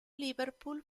liverpool